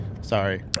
Sorry